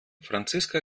franziska